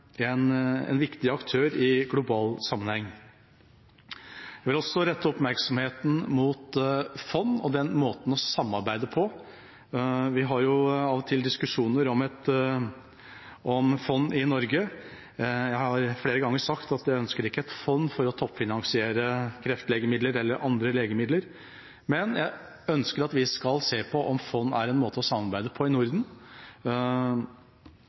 en viktig aktør i global sammenheng. Jeg vil også rette oppmerksomheten mot fond og den måten å samarbeide på. Vi har av og til diskusjoner om fond i Norge. Jeg har flere ganger sagt at jeg ikke ønsker fond for å toppfinansiere kreftlegemidler eller andre legemidler, men jeg ønsker at vi skal se på om fond er en måte å samarbeide på i Norden,